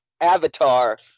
Avatar